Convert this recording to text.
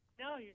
No